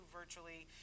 virtually